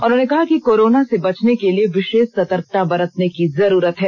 उन्होंने कहा कि कोरोना से बचने के लिए विषेष सर्तकता बरतने की जरूरत है